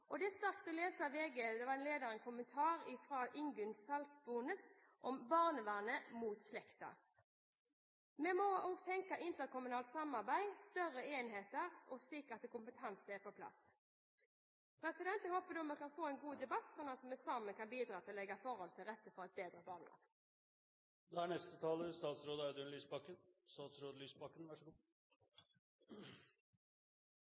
familie. Det er sterkt å lese en kommentar i VG fra Ingunn Saltbones om «Barnevern mot slekta». Vi må også tenke interkommunalt samarbeid, større enheter og på en måte som gjør at kompetanse er på plass. Jeg håper vi kan få en god debatt, slik at vi sammen kan bidra til å legge forholdene til rette for et bedre barnevern. Jeg tar med meg de innspillene – jeg synes representanten Horne har levert en konstruktiv interpellasjon og konstruktive innspill. Det er